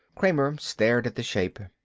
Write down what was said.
kramer stared at the shape.